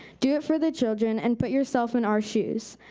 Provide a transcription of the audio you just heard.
do it for the children and put yourself in our shoes.